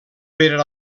per